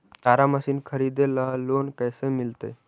चारा मशिन खरीदे ल लोन कैसे मिलतै?